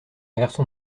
garçon